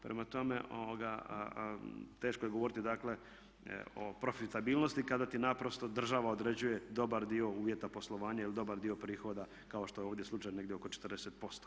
Prema tome, teško je govoriti dakle o profitabilnosti kada ti naprosto država određuje dobar dio uvjeta poslovanja ili dobar dio prihoda kao što je ovdje slučaj negdje oko 40%